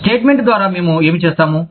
statement ద్వారా మేము ఏమి చేస్తాము